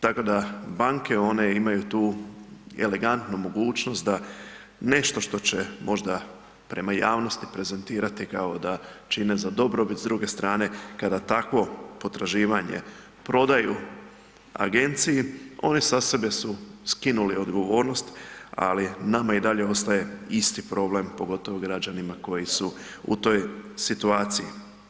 Tako da banke, one imaju tu elegantnu mogućnost da nešto što će možda prema javnosti prezentirati kao da čine za dobrobit, s druge strane kada takvo potraživanje prodaju agenciji, oni sa sebe su skinuli odgovornost, ali nama i dalje ostaje isti problem, pogotovo građanima koji su u toj situaciji.